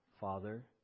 Father